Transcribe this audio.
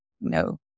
no